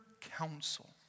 counsel